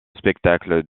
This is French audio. spectacle